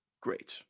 great